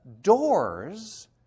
doors